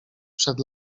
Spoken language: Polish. przed